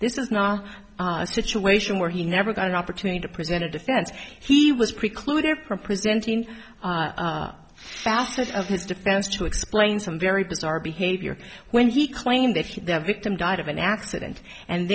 this is not a situation where he never got an opportunity to present a defense he was precluded from presenting facets of his defense to explain some very bizarre behavior when he claimed that the victim died of an accident and